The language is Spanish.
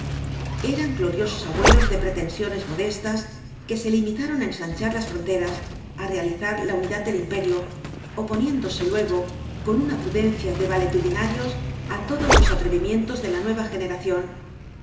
eran gloriosos abuelos de pretensiones modestas que se limitaron á ensanchar las fronteras á realizar la unidad del imperio oponiéndose luego con una prudencia de valetudinarios á todos los atrevimientos de la nueva generación